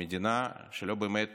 במדינה שלא באמת